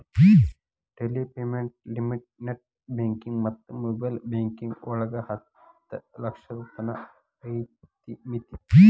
daily payment limit net banking ಮತ್ತ mobile banking ಒಳಗ ಹತ್ತ ಲಕ್ಷದ್ ತನ ಮಿತಿ ಐತಿ